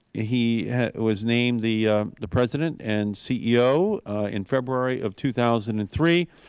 he was named the the president and ceo in february of two thousand and three.